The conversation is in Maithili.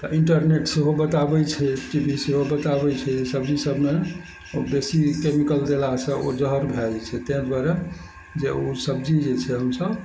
तऽ इंटरनेट सेहो बताबय छै टी वी सेहो बताबय छै सब्जी सबमे बेसी केमिकल देलासँ ओ जहर भए जाइ छै तै दुआरे जे ओ सब्जी जे छै हमसब